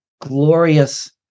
glorious